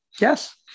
Yes